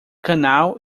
canal